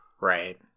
Right